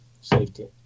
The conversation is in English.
safety